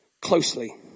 closely